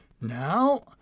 Now